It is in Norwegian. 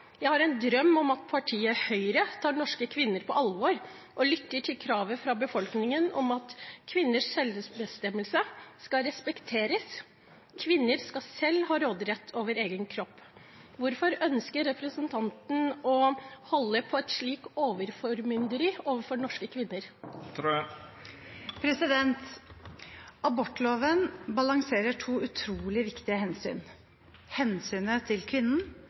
Jeg har en drøm om at partiet Høyre tar norske kvinner på alvor og lytter til kravet fra befolkningen om at kvinners selvbestemmelse skal respekteres. Kvinner skal selv ha råderett over egen kropp. Hvorfor ønsker representanten Wilhelmsen Trøen å holde på et slikt overformynderi overfor norske kvinner? Abortloven balanserer to utrolig viktige hensyn: hensynet til kvinnen